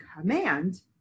command